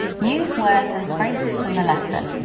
use words and phrases from the lesson.